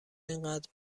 اینقدر